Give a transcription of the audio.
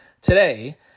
today